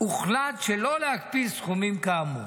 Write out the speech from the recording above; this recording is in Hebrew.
הוחלט שלא להקפיא סכומים כאמור.